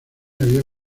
había